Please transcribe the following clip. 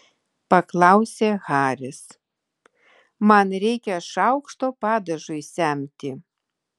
paklausė haris man reikia šaukšto padažui semti